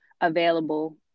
available